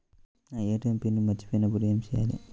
నా ATM PIN మరచిపోయినప్పుడు ఏమి చేయాలి?